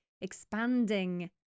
expanding